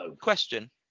Question